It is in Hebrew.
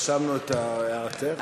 רשמנו את הערתך.